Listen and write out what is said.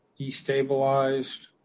destabilized